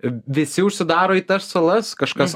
visi užsidaro į tas salas kažkas